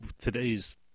Today's